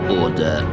order